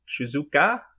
Shizuka